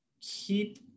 Keep